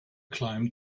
climbed